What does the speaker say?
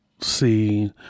see